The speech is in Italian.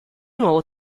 nuovo